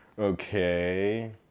Okay